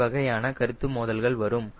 இவ்வகையான கருத்து மோதல்கள் வரும்